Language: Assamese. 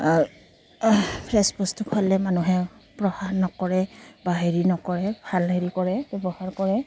ফ্ৰেছ বস্তু খোৱালে মানুহে নকৰে বা হেৰি নকৰে ভাল হেৰি কৰে ব্যৱহাৰ কৰে